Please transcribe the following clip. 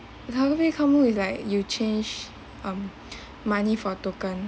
is like you change um money for token